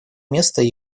место